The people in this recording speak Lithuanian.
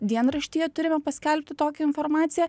dienraštyje turime paskelbti tokią informaciją